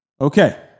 Okay